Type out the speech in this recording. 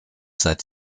seit